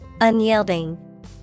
Unyielding